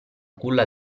culla